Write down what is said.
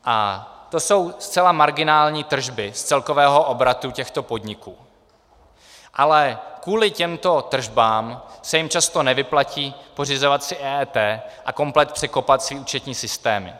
A to jsou zcela marginální tržby z celkového obratu těchto podniků, ale kvůli těmto tržbám se jim často nevyplatí pořizovat si EET a komplet překopat své účetní systémy.